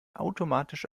automatisch